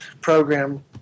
program